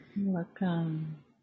welcome